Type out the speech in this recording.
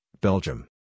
Belgium